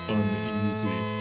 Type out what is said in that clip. uneasy